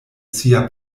sia